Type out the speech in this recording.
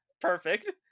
perfect